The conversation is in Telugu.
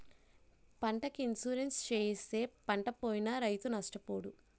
పంటకి ఇన్సూరెన్సు చేయిస్తే పంటపోయినా రైతు నష్టపోడు